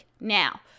now